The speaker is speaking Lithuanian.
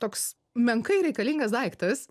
toks menkai reikalingas daiktas